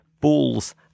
balls